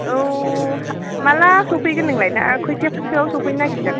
औ माला सफैगोन नोंलाय दा खयथासो सोआव सफैनो नागिरदों